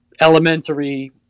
elementary